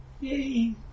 Yay